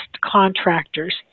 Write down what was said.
contractors